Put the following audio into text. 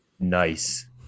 Nice